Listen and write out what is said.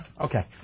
Okay